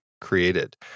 created